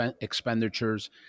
expenditures